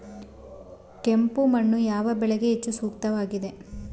ಕೆಂಪು ಮಣ್ಣು ಯಾವ ಬೆಳೆಗಳಿಗೆ ಹೆಚ್ಚು ಸೂಕ್ತವಾಗಿದೆ?